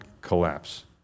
collapse